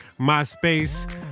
myspace